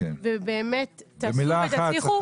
ובאמת תעשו ותצליחו,